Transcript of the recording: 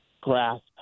grasp